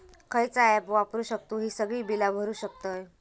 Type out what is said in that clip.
खयचा ऍप वापरू शकतू ही सगळी बीला भरु शकतय?